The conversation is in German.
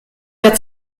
der